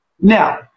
Now